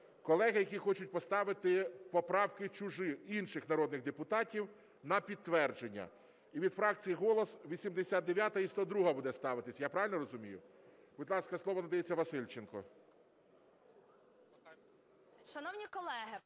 колеги, які хочуть поставити поправки інших народних депутатів на підтвердження. І від фракції "Голос" 89-а і 102-а буде ставитися, я правильно розумію? Будь ласка, слово надається Васильченко.